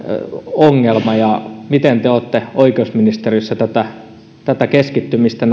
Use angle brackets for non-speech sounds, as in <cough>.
ongelma ja miten te olette oikeusministeriössä tätä tätä keskittymistä <unintelligible>